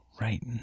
right